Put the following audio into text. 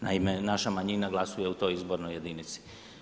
Naime, naša manjima glasuje u toj izbornoj jedinici.